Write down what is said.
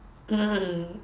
mm